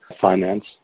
finance